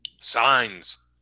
signs